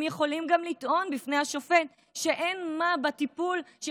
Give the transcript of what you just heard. הם יכולים גם לטעון בפני השופט שאין בטיפול מה